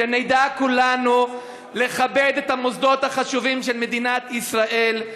שנדע כולנו לכבד את המוסדות החשובים של מדינת ישראל,